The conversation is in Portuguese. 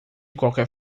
qualquer